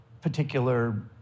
particular